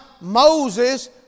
Moses